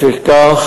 לפיכך,